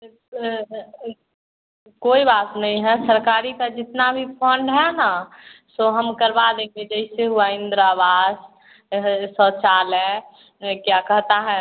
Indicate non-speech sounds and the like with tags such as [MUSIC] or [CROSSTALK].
[UNINTELLIGIBLE] कोई बात नहीं है सरकारी का जितना भी फंड है ना सो हम करवा देंगे जैसे हुआ इंदिरा आवास शौचालय क्या कहता है